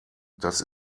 das